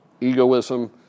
egoism